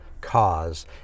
cause